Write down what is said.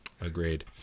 Agreed